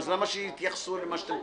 אז למה שלא התייחסו למה שאתם כותבים?